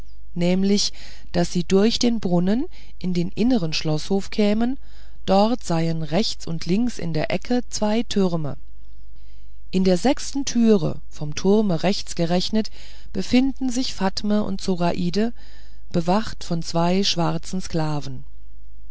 nämlich daß sie durch den brunnen in den inneren schloßhof kämen dort seien rechts und links in der ecke zwei türme in der sechsten türe vom turme rechts gerechnet befinden sich fatme und zoraide bewacht von zwei schwarzen sklaven